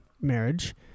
marriage